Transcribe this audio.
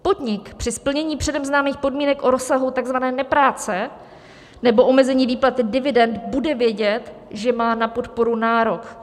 Podnik při splnění předem známých podmínek o rozsahu takzvané nepráce nebo omezení výplaty dividend bude vědět, že má na podporu nárok.